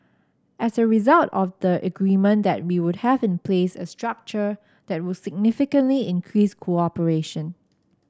as a result of the agreement that we would have in place a structure that would significantly increase cooperation